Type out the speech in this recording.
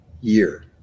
year